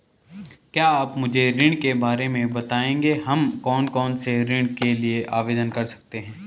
क्या आप मुझे ऋण के बारे में बताएँगे हम कौन कौनसे ऋण के लिए आवेदन कर सकते हैं?